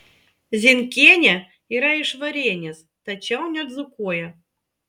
zienkienė yra iš varėnės tačiau nedzūkuoja